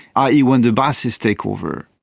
ah ie when the baathists take over.